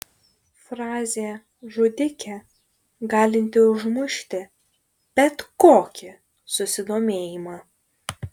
frazė žudikė galinti užmušti bet kokį susidomėjimą